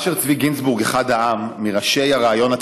אשר צבי גינצבורג, אחד העם, מראשי הרעיון הציוני,